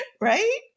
Right